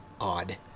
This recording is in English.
odd